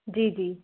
जी जी